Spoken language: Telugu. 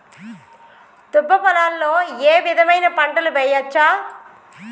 దుబ్బ పొలాల్లో ఏ విధమైన పంటలు వేయచ్చా?